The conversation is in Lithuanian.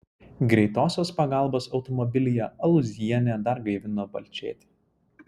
greitosios pagalbos automobilyje alūzienė dar gaivino balčėtį